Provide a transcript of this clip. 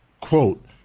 quote